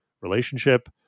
relationship